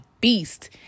beast